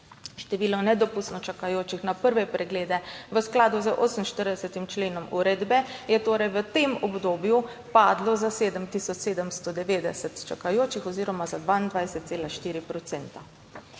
Število nedopustno čakajočih na prve preglede, v skladu z 48. členom uredbe je torej v tem obdobju padlo za 7 tisoč 790 čakajočih oziroma za 22,4